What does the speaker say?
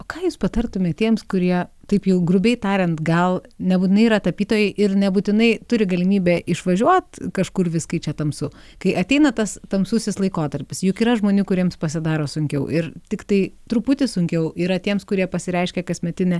o ką jūs patartumėt tiems kurie taip jau grubiai tariant gal nebūtinai yra tapytojai ir nebūtinai turi galimybę išvažiuot kažkur vis kai čia tamsu kai ateina tas tamsusis laikotarpis juk yra žmonių kuriems pasidaro sunkiau ir tiktai truputį sunkiau yra tiems kurie pasireiškia kasmetine